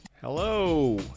Hello